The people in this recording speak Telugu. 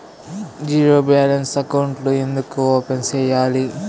జీరో బ్యాలెన్స్ అకౌంట్లు ఎందుకు ఓపెన్ సేయాలి